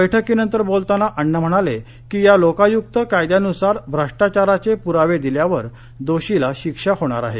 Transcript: बैठकीनंतर बोलताना अण्णा म्हणाले की या लोकायुक्त कायद्यानुसार भ्रष्टाचाराचे पुरावे दिल्यावर दोषीला शिक्षा होणार आहे